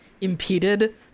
impeded